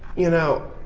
you know,